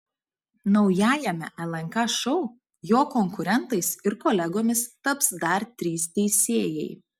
naujajame lnk šou jo konkurentais ir kolegomis taps dar trys teisėjai